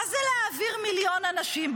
מה זה להעביר מיליון אנשים?